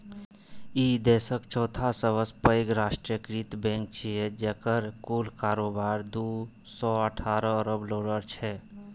ई देशक चौथा सबसं पैघ राष्ट्रीयकृत बैंक छियै, जेकर कुल कारोबार दू सय अठारह अरब डॉलर छै